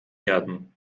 erden